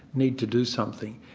need to do something.